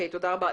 תודה רבה.